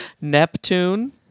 Neptune